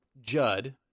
Judd